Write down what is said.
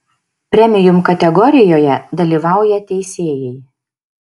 premium kategorijoje dalyvauja teisėjai